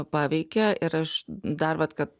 paveikė ir aš dar vat kad